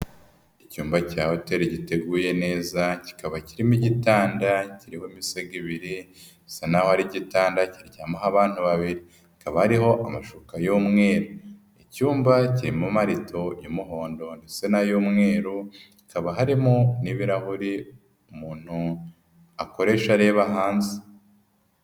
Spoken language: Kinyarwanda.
Icyumba cya hoteli giteguye neza ,kikaba kirimo igitanda kiriho imisego ibiri. Bisa naho ari igitanda kiryamaho abantu babiri. Hakaba hariho amashuka y'umweru. Icyumba kirimo amarido y'umuhondo ndetse n'ay'umweru, hakaba harimo n'ibirahuri umuntu akoresha areba hanze.